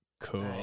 Cool